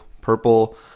purple